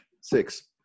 Six